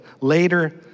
later